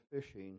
fishing